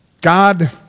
God